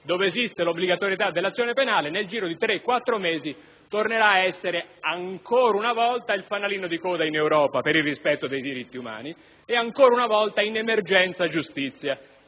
dove esiste l'obbligatorietà dell'azione penale, nel giro di tre o quattro mesi tornerà ad essere ancora una volta il fanalino di coda in Europa per il rispetto dei diritti umani e ancora una volta in quell'emergenza giustizia